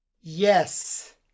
Yes